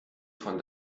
von